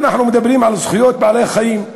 ואנחנו מדברים על זכויות בעלי-החיים.